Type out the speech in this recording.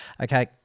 Okay